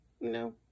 No